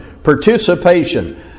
participation